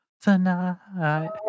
tonight